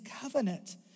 covenant